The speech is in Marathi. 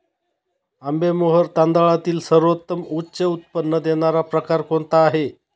आंबेमोहोर तांदळातील सर्वोत्तम उच्च उत्पन्न देणारा प्रकार कोणता आहे?